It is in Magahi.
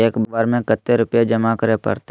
एक बार में कते रुपया जमा करे परते?